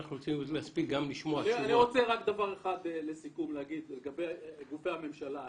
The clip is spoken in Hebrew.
אני רוצה לומר דבר אחד לסיכום לגבי גופי הממשלה,